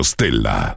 Stella